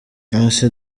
nonese